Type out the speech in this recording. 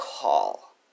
call